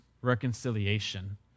reconciliation